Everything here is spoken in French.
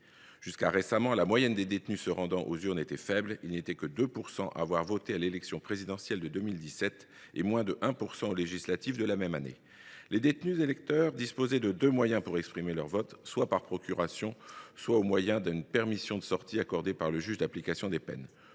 Jusqu’à récemment, la proportion des détenus se rendant aux urnes était faible. Ils n’étaient que 2 % à avoir voté à l’élection présidentielle de 2017, et moins de 1 % aux législatives de la même année. Les détenus électeurs disposaient alors de deux moyens pour exprimer leur vote : soit par procuration, soit en obtenant une permission de sortir accordée par le juge de l’application des peines.